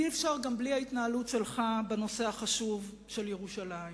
אי-אפשר גם בלי ההתנהלות שלך בנושא החשוב של ירושלים.